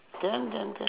can can can